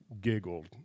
giggled